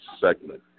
segment